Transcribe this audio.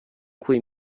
cui